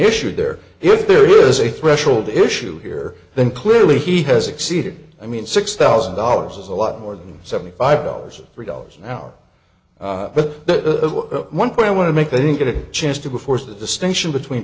issue there if there is a threshold issue here then clearly he has succeeded i mean six thousand dollars is a lot more than seventy five dollars three dollars an hour but the one point i want to make that he get a chance to before so the distinction between